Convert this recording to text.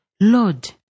Lord